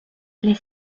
les